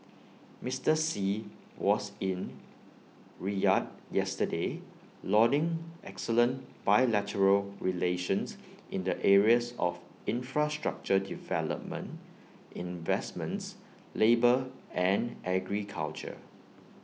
Mister Xi was in Riyadh yesterday lauding excellent bilateral relations in the areas of infrastructure development investments labour and agriculture